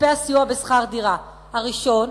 כספי הסיוע בשכר דירה: הראשון,